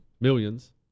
millions